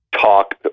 talk